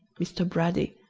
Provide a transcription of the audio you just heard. mr. brady,